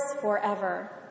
forever